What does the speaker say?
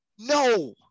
No